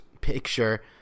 picture